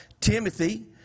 Timothy